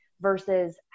versus